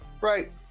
Right